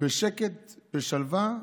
בשקט ובשלווה.